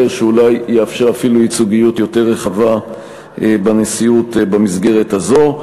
שאולי יאפשר אפילו ייצוגיות יותר רחבה בנשיאות במסגרת הזו.